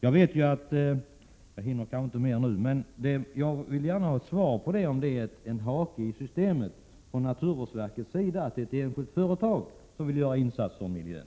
Jag hinner inte säga så mycket mer, men jag vill gärna veta om det är Smedjemorasjön en hake i systemet, enligt naturvårdsverkets sätt att se saken, att det här rör sig om ett enskilt företag som vill göra en insats för miljön.